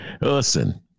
Listen